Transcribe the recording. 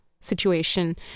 situation